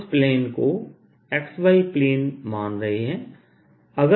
हम इस प्लेन को x y प्लेन मान रहे हैं